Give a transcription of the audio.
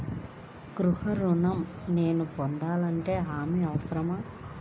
గృహ ఋణం నేను పొందాలంటే హామీ అవసరమా?